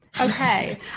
Okay